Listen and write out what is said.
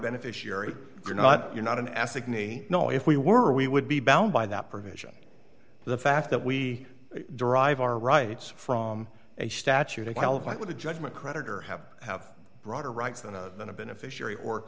beneficiary you're not you're not an ethically know if we were we would be bound by that provision the fact that we derive our rights from a statute to qualify with a judgment creditor have have broader rights than a than a beneficiary or